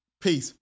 Peace